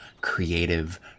creative